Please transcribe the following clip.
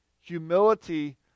Humility